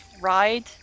Ride